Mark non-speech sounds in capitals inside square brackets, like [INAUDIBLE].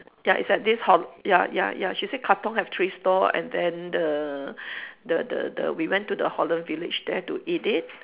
ya it's at this ho~ ya ya ya she say katong have three store and then the [BREATH] the the the we went to the holland-village there to eat it